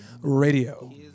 Radio